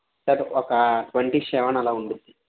sir ఒక twenty seven అలా ఉంటుంది